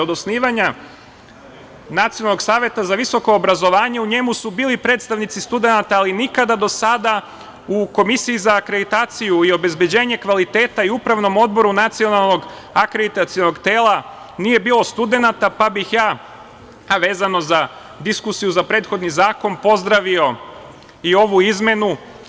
Od osnivanja Nacionalnog saveta za visoko obrazovanje u njemu su bili predstavnici studenata, ali nikada do sada u Komisiji za akreditaciju i obezbeđenje kvaliteta i Upravnom odboru Nacionalnog akreditacionog tela nije bilo studenata, pa bih ja, a vezano za diskusiju za prethodni zakon, pozdravio i ovu izmenu.